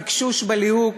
פקשוש בליהוק.